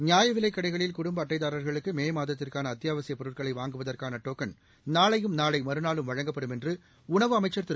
நியாய விலைக் கடைகளில் குடும்ப அட்டைதாரர்களுக்கு மே மாதத்திற்கான அத்தியாவசியப் பொருட்களை வாங்குவதற்கான டோக்கள் நாளையும் நாளை மறுநாளும் வழங்கப்படும் என்று உணவு அமைச்சர் திரு